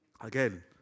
again